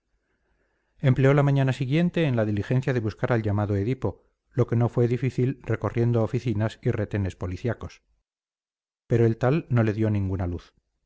empleó la mañana siguiente en la diligencia de buscar al llamado edipo lo que no le fue difícil recorriendo oficinas y retenes policiacos pero el tal no le dio ninguna luz